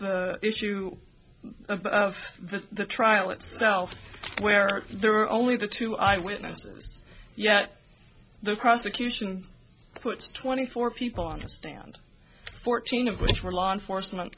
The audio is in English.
the issue of the trial itself where there were only the two eye witnesses yet the prosecution put twenty four people on the stand fourteen of which were law enforcement